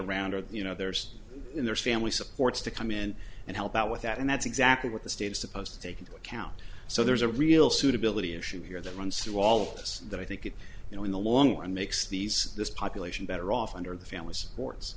around or you know there's there's family supports to come in and help out with that and that's exactly what the state is supposed to take into account so there's a real suitability issue here that runs through all of this that i think that you know in the long run makes these this population better off under the family supports